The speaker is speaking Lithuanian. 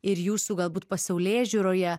ir jūsų galbūt pasaulėžiūroje